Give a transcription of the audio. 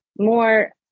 More